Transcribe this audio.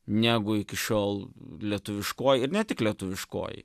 negu iki šiol lietuviškoj ir ne tik lietuviškoj